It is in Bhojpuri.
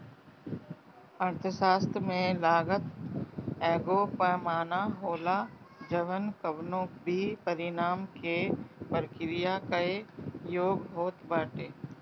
अर्थशास्त्र में लागत एगो पैमाना होला जवन कवनो भी परिणाम के प्रक्रिया कअ योग होत बाटे